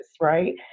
right